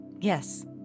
yes